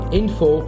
info